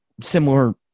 similar